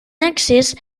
excés